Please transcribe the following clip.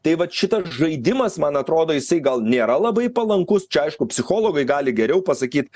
tai vat šitas žaidimas man atrodo jisai gal nėra labai palankus čia aišku psichologai gali geriau pasakyt